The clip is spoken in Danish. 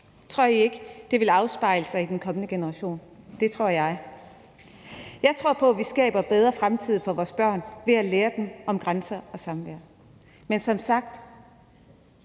Tror I ikke, det ville afspejle sig i den kommende generation? Det tror jeg. Jeg tror på, at vi skaber en bedre fremtid for vores børn ved at lære dem om grænser og samvær. Men som sagt